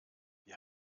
wir